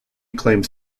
claims